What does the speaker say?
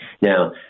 Now